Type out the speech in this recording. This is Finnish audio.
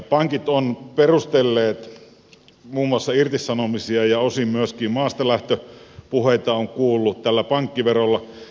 pankit ovat perustelleet muun muassa irtisanomisia ja osin myöskin maastalähtöpuheita olen kuullut tällä pankkiverolla